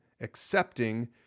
accepting